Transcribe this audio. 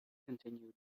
continued